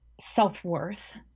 self-worth